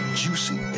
juicy